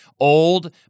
Old